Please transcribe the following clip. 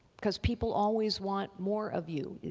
because people always want more of you.